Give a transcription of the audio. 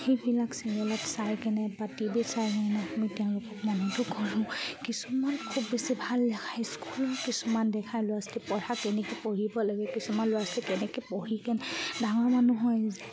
সেইবিলাক চিৰিয়লত চাই কিনে বা টি ভিত চাই কিনে আমি তেওঁলোকক মনতো কৰোঁ কিছুমান খুব বেছি ভাল দেখায় স্কুলৰ কিছুমান দেখায় ল'ৰা ছোৱালী পঢ়া কেনেকৈ পঢ়িব লাগে কিছুমান ল'ৰা ছোৱালী কেনেকৈ পঢ়ি কিনে ডাঙৰ মানুহ হয় যে